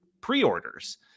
pre-orders